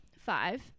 five